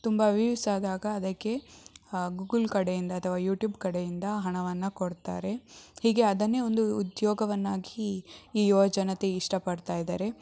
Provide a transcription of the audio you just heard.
ತುಂಬ ವ್ಯೀವ್ಸ್ ಆದಾಗ ಅದಕ್ಕೆ ಗುಗಲ್ ಕಡೆಯಿಂದ ಅಥವಾ ಯೂಟ್ಯೂಬ್ ಕಡೆಯಿಂದ ಹಣವನ್ನು ಕೊಡ್ತಾರೆ ಹೀಗೆ ಅದನ್ನೇ ಒಂದು ಉದ್ಯೋಗವನ್ನಾಗಿ ಈ ಯುವ ಜನತೆ ಇಷ್ಟಪಡ್ತಾ ಇದ್ದಾರೆ